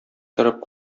торып